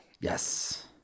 Yes